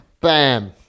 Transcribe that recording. Bam